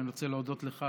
אני רוצה להודות לך